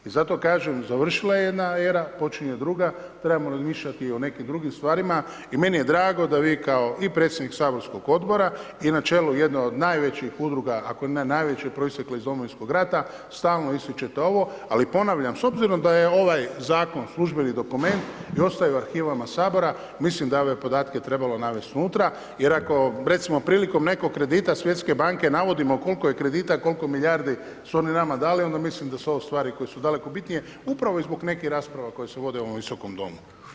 I zato kažem, završila je jedna era, počinje druga, trebamo razmišljati o nekim drugim stvarima i meni je drago da vi kao i predsjednik saborskog odbora i na čelu jedne od najvećih udruga ako ne i najvećih proistekle iz Domovinskog rata, stalno ističete ovo, ali ponavljam s obzirom da je ovaj zakon službeni dokument i ostaje u arhivima Sabora, mislim da je ove podatke trebalo navesti unutra jer ako recimo prilikom nekog kredita Svjetske banke navodimo koliko kredita koliko milijardi su oni nama dali, onda mislim da su ovo stvari koje su daleko bitnije upravo i zbog nekih rasprava koje se vode u ovom Visokom domu.